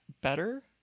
better